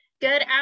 Good